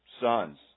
sons